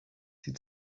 sie